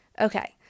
Okay